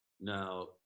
Now